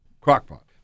Crock-Pot